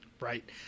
Right